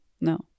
No